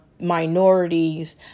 minorities